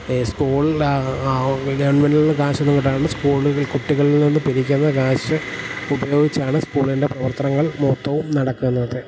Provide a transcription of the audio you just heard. ഈ സ്കൂളിന് ഗവൺമെൻറ്റിൽ നിന്ന് കാശൊന്നും കിട്ടുന്നില്ല സ്കൂളിൽ കുട്ടികളിൽ നിന്ന് പിരിക്കുന്ന കാശ് ഉപയോഗിച്ചാണ് സ്കൂളിൻ്റെ പ്രവർത്തനങ്ങൾ മൊത്തവും നടക്കുന്നത്